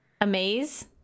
Amaze